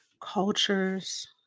cultures